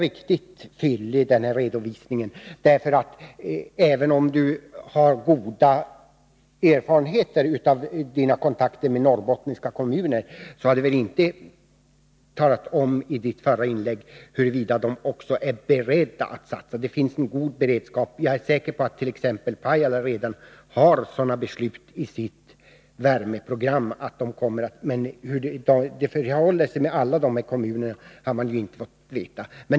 Birgitta Dahls redovisning av de kontakter hon haft med norrländska kommuner kanske ändå inte var helt fullständig, för även om hon sade att hennes erfarenheter är goda så talade hon inte om huruvida kommunerna är beredda att satsa. Jag vet att det finns en god beredskap. Jag är säker på att t.ex. Pajala kommun har fattat vissa beslut om sitt värmeprogram, men hur det förhåller sig i de övriga kommunerna har vi inte fått veta.